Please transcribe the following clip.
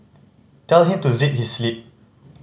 tell him to zip his lip